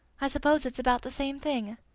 i suppose it's about the same thing.